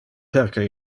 perque